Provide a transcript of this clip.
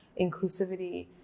inclusivity